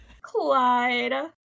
Clyde